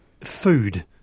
food